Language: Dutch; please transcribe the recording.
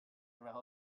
terwijl